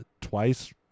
twice